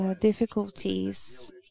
difficulties